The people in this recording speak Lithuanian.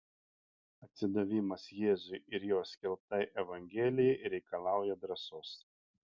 atsidavimas jėzui ir jo skelbtai evangelijai reikalauja drąsos